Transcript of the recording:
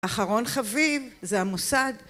אחרון חביב זה המוסד